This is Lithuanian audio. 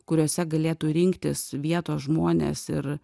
kuriose galėtų rinktis vietos žmonės ir